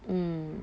mm